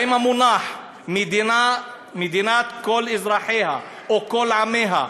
האם המונח "מדינת כל אזרחיה" או "כל עמיה",